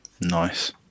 Nice